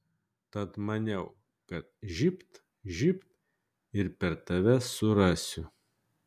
tad maniau kad žybt žybt ir per tave surasiu